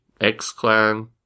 X-Clan